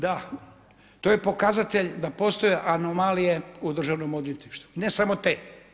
Da, to je pokazatelj, da postoje anomalije u Državnom odvjetništvu, ne samo te.